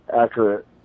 accurate